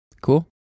Cool